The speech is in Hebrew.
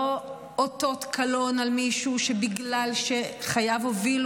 לא אותות קלון על מישהו שבגלל שחייו הובילו